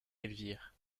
elvire